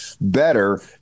better